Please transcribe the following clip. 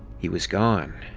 he was gone.